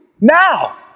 now